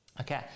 Okay